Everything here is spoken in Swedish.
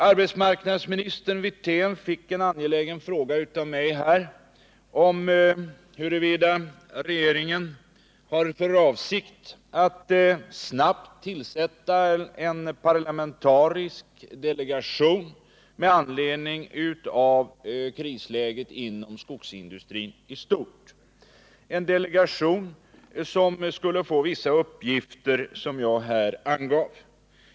Arbetsmarknadsminister Wirtén fick en angelägen fråga av mig om huruvida regeringen har för avsikt att snabbt tillsätta en parlamentarisk delegation med anledning av krisläget inom skogsindustrin i stort, en delegation som skulle få vissa uppgifter som jag också angav.